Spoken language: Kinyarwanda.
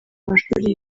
mashuri